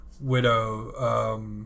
Widow